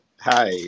Hi